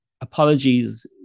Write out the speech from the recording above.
apologies